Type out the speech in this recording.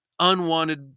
Unwanted